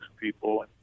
people